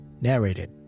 narrated